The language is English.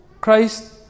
Christ